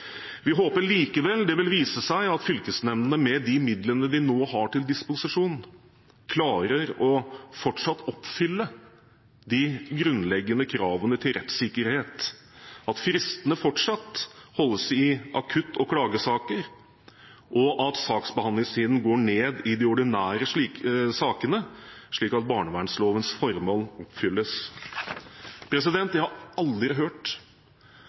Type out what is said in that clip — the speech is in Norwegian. Vi håper likevel at det vil vise seg at fylkesnemndene, med de midlene de nå har til disposisjon, fortsatt klarer å oppfylle de grunnleggende kravene til rettssikkerhet, at fristene fortsatt holdes i akuttsaker og klagesaker, og at saksbehandlingstiden går ned i de ordinære sakene, slik at barnevernlovens formål oppfylles. Jeg har aldri hørt